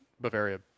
Bavaria